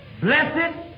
Blessed